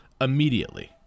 immediately